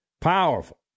powerful